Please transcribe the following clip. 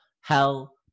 Hell